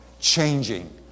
changing